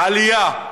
עלייה,